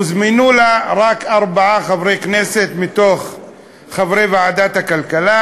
הוזמנו אליה רק ארבעה חברי כנסת מתוך חברי ועדת הכלכלה,